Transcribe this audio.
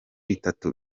itatu